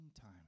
time